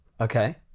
Okay